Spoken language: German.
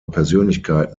persönlichkeit